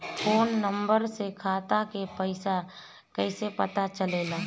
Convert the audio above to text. Phone number से खाता के पइसा कईसे पता चलेला?